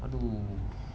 gaduh